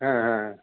हा हा